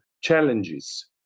challenges